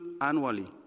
annually